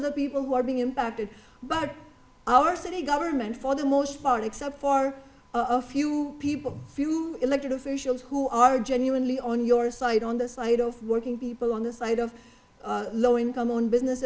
are the people who are being impacted but our city government for the most part except for a few people elected officials who are genuinely on your side on the side of working people on the side of low income on business